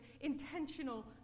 intentional